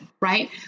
Right